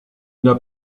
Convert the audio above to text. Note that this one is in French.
n’as